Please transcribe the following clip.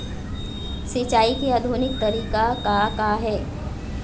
सिचाई के आधुनिक तरीका का का हे?